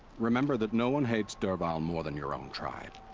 remember that no one hates dervahl more than your own tribe.